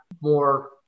more